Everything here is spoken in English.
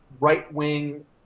right-wing